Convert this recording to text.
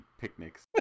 picnics